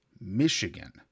Michigan